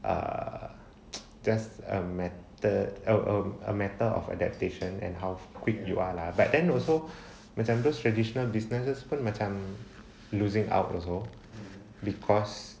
err just a method oh oh a matter of adaptation and how quick you are lah but then also macam those traditional businesses pun macam losing out also because